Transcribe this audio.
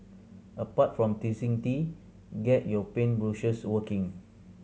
apart from teasing tea get your paint brushes working